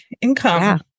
income